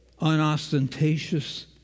unostentatious